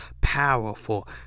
powerful